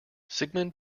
sigmund